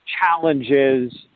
challenges